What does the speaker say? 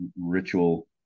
ritual